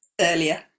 earlier